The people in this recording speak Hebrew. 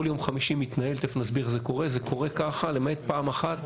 זה קורה ככה למעט פעם אחת,